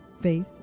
Faith